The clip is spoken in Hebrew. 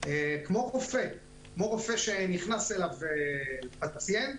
כמו רופא שנכנס אליו פציינט